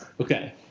Okay